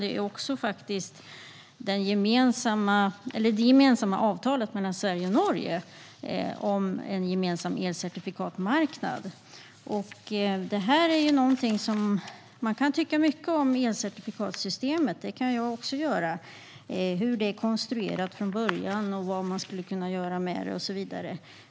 Debatten gäller inte bara elcertifikatssystemet i sig, utan den gäller också avtalet mellan Sverige och Norge om en gemensam elcertifikatsmarknad. Man kan tycka mycket om hur elcertifikatssystemet är konstruerat från början, vad man kan göra med det och så vidare.